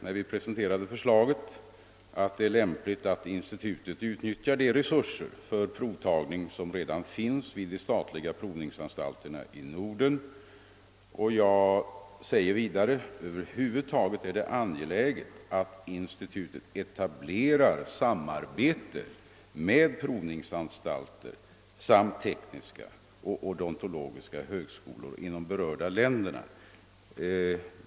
När vi presenterade detta förslag skrev jagihuvudtiteln, att det är lämpligt att institutet utnyttjar de resurser för provtagning som redan finns vid de statliga provningsanstalterna i Norden. Jag framhöll vidare att det över huvud taget är angeläget att institutet etablerar samarbete med provningsanstalter samt tekniska och odontologiska högskolor i berörda länder.